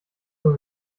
for